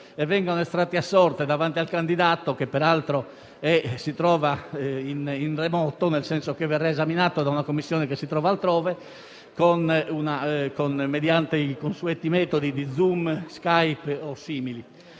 ed estratti a sorte davanti al candidato, che peraltro si trova in remoto, nel senso che verrà esaminato da una commissione che si trova altrove, mediante i consueti programmi Zoom, Skype o simili.